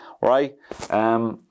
right